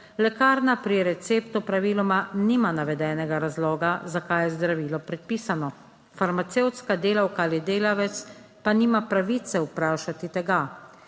Lekarna pri receptu praviloma nima navedenega razloga, zakaj je zdravilo predpisano, farmacevtska delavka ali delavec pa nima pravice vprašati tega.